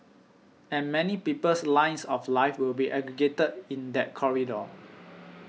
and many people's lines of life will be aggregated in that corridor